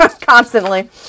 constantly